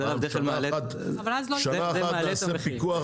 זה רק בדרך כלל מעלה, זה מעלה את המחירים.